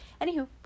anywho